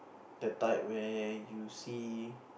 the type where you see